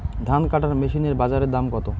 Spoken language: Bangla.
ধান কাটার মেশিন এর বাজারে দাম কতো?